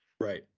Right